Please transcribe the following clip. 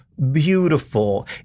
Beautiful